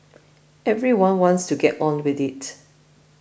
everyone wants to get on with it